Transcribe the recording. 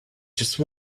just